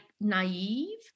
naive